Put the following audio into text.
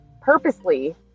purposely